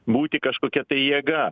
būti kažkokia tai jėga